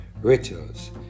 rituals